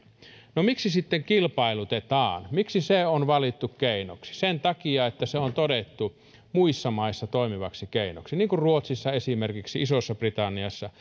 miksi sitten kilpailutetaan miksi se on valittu keinoksi sen takia että se on todettu muissa maissa toimivaksi keinoksi niin kuin esimerkiksi ruotsissa ja isossa britanniassa